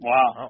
Wow